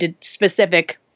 specific